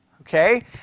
Okay